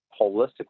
holistically